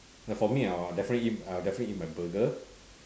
like for me I will definitely eat I will definitely eat my burger